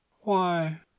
Why